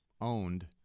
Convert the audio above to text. owned